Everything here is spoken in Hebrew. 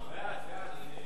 בעד, אדוני.